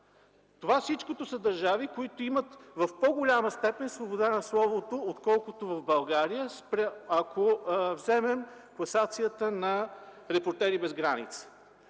Тобаго. Всички те са държави, в които в по-голяма степен имат свобода на словото, отколкото в България, ако вземем класацията на „Репортери без граници”.